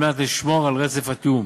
על מנת לשמור על רצף התיאום.